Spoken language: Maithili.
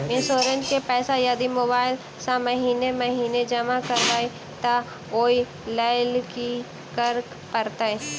इंश्योरेंस केँ पैसा यदि मोबाइल सँ महीने महीने जमा करबैई तऽ ओई लैल की करऽ परतै?